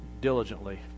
diligently